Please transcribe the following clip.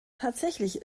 tatsächlich